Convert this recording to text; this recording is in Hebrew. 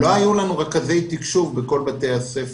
לא היו לנו רכזי תקשוב בכל בתי הספר.